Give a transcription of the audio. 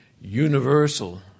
universal